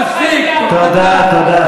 תודה, תודה.